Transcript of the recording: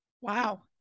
wow